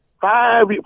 Five